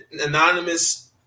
anonymous